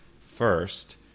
first